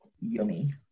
Yummy